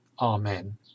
Amen